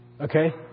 okay